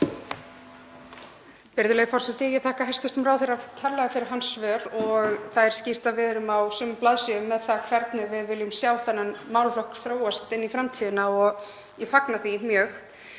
Virðulegi forseti. Ég þakka hæstv. ráðherra kærlega fyrir hans svör. Það er skýrt að við erum á sömu blaðsíðu með það hvernig við viljum sjá þennan málaflokk þróast inn í framtíðina og ég fagna því mjög.